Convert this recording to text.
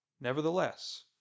Nevertheless